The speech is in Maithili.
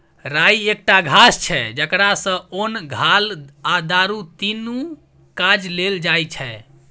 राइ एकटा घास छै जकरा सँ ओन, घाल आ दारु तीनु काज लेल जाइ छै